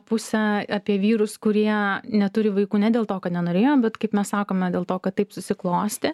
pusę apie vyrus kurie neturi vaikų ne dėl to kad nenorėjom bet kaip mes sakome dėl to kad taip susiklostė